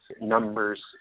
Numbers